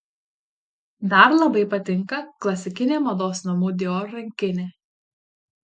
dar labai patinka klasikinė mados namų dior rankinė